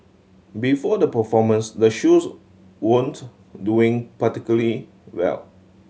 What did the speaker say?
before the performance the shoes weren't doing particularly well